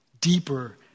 deeper